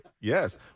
Yes